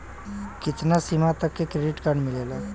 कितना सीमा तक के क्रेडिट कार्ड मिलेला?